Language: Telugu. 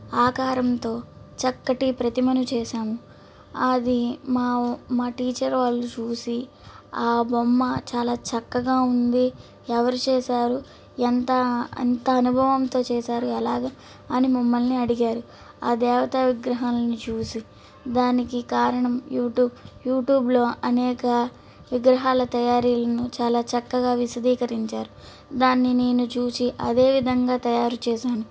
ఆకారంతో చక్కటి ప్రతిమను చేశాము అది మా మా టీచర్ వాళ్ళు చూసి ఆ బొమ్మ చాలా చక్కగా ఉంది ఎవరు చేశారు ఎంత ఎంత అనుభవంతో చేశారు ఎలాగా అని మమ్మలని అడిగారు ఆ దేవత విగ్రహాలను చూసి దానికి కారణం యూట్యూబ్ యూట్యూబ్లో అనేక విగ్రహాల తయారీలను చాలా చక్కగా విశదీకరించారు దాన్ని నేను చూసి అదేవిధంగా తయారు చేశాను